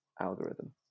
algorithm